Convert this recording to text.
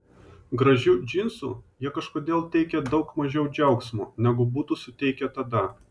gražių džinsų jie kažkodėl teikia daug mažiau džiaugsmo negu būtų suteikę tada